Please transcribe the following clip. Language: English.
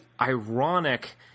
ironic